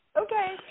okay